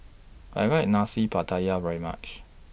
I like Nasi Pattaya very much